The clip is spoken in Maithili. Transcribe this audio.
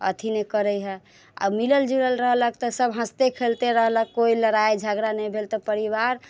अथि नहि करै हऽ आ मिलल जुलल रहलक तऽ सभ हँसते खेलते रहलक कोइ लड़ाइ झगड़ा नहि भेल तऽ परिवार